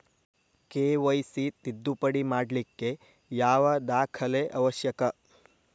KYC ತಿದ್ದುಪಡಿ ಮಾಡ್ಲಿಕ್ಕೆ ಯಾವ ದಾಖಲೆ ಅವಶ್ಯಕ?